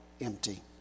empty